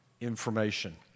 information